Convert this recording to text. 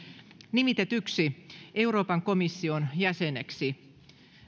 nimitetyksi euroopan komission jäseneksi